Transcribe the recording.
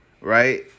right